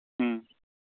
ᱦᱮᱸ